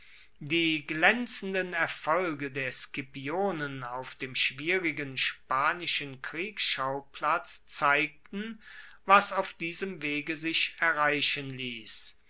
die glaenzenden erfolge der scipionen auf dem schwierigen spanischen kriegsschauplatz zeigten was auf diesem wege sich erreichen liess